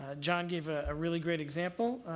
ah john gave a ah really great example,